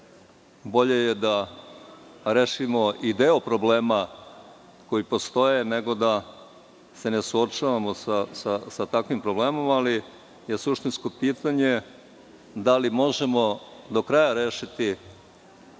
bolje je da rešimo i deo problema koji postoje, nego da se ne suočavamo sa takvim problemom, ali je suštinsko pitanje da li možemo do kraja rešiti